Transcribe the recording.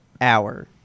hour